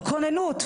כוננות,